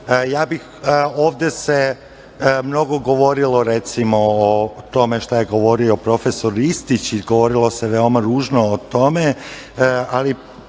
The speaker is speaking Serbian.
se mnogo govorilo recimo o tome šta je govorio profesor Ristić i govorilo se veoma ružno o tome, ali